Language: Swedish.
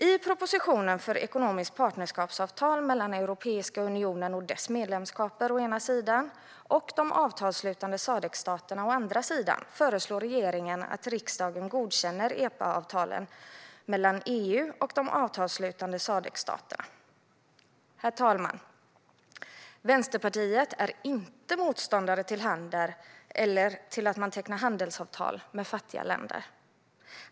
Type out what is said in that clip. I propositionen Ekonomiskt partnerskapsavtal mellan Europeiska unionen och dess medlemsstater, å ena sidan, och de avtalsslutande Sadc-staterna, å andra sidan föreslår regeringen att riksdagen godkänner EPA-avtalet mellan EU och de avtalsslutande Sadc-staterna. Herr talman! Vänsterpartiet är inte motståndare till handel eller till att man tecknar handelsavtal med fattiga länder.